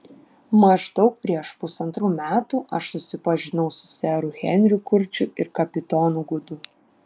maždaug prieš pusantrų metų aš susipažinau su seru henriu kurčiu ir kapitonu gudu